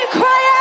cry